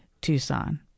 Tucson